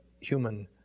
human